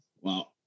Wow